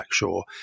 Blackshaw